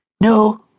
No